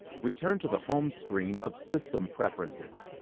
return to the home screen of system preferences,